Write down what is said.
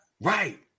Right